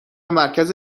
مرکز